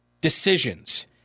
decisions